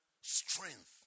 Strength